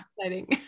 exciting